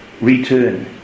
return